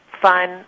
fun